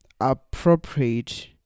appropriate